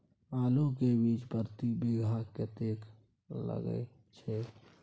आलू के बीज प्रति बीघा कतेक लागय छै?